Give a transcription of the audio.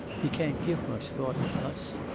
he can't give much thought to us.